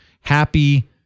happy